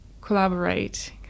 collaborate